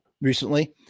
recently